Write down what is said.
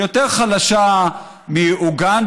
היא יותר חלשה מאוגנדה,